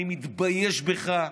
אני מתבייש בך,